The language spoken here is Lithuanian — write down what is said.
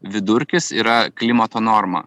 vidurkis yra klimato norma